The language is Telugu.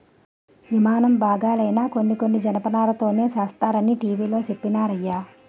యిమానం బాగాలైనా కొన్ని కొన్ని జనపనారతోనే సేస్తరనీ టీ.వి లో చెప్పినారయ్య